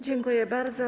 Dziękuję bardzo.